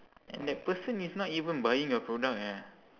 and that person is not even buying your product eh